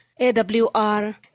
AWR